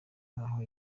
nkaho